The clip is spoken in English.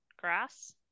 grass